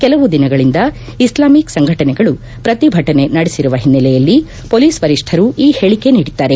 ಕೆಲವು ದಿನಗಳಿಂದ ಇಸ್ಲಾಮಿಕ್ ಸಂಘಟನೆಗಳು ಪ್ರತಿಭಟನ ನಡೆಸಿರುವ ಹಿನ್ನೆಲೆಯಲ್ಲಿ ಹೊಲೀಸ್ ವರಿಷ್ಠರು ಈ ಹೇಳಿಕೆ ನೀಡಿದ್ದಾರೆ